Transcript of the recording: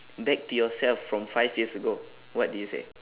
back to yourself from five years ago what do you say